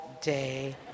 day